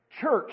church